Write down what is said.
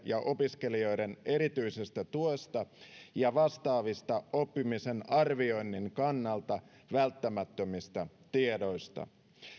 ja opiskelijoiden erityisestä tuesta ja vastaavista oppimisen arvioinnin kannalta välttämättömistä tiedoista